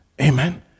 amen